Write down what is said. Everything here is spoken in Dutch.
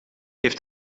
heeft